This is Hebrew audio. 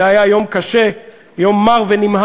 זה היה יום קשה, יום מר ונמהר.